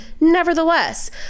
nevertheless